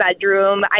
bedroom